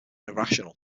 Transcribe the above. irrational